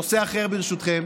נושא אחר, ברשותכם.